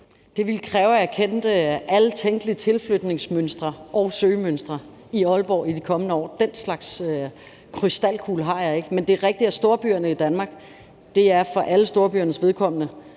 Det ville kræve, at jeg kendte alle tænkelige tilflytningsmønstre og søgemønstre i Aalborg i de kommende år. Den slags krystalkugle har jeg ikke, men det er rigtigt, at alle storbyerne i Danmark er dem, der har de